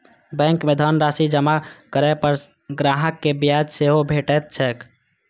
bank मे धनराशि जमा करै पर ग्राहक कें ब्याज सेहो भेटैत छैक